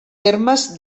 termes